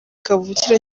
kavukire